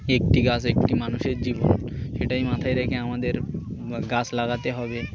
একটি গাছ একটি মানুষের জীবন সেটাই মাথায় রেখে আমাদের গাছ লাগাতে হবে